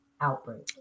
outbreak